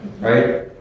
right